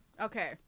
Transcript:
Okay